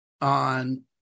on